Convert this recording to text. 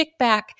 kickback